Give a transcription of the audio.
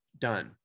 Done